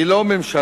היא לא ממשלה